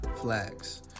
flags